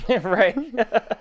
right